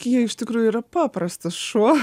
kija iš tikrųjų yra paprastas šuo